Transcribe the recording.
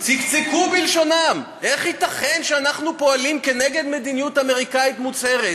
צקצקו בלשונם: איך ייתכן שאנו פועלים כנגד מדיניות אמריקנית מוצהרת?